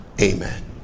Amen